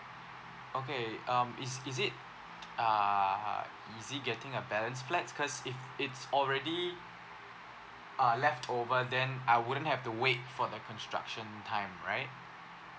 okay um is is it uh easy getting a balance flats cause if it's already uh left over then I wouldn't have to wait for the construction time right